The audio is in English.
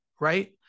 Right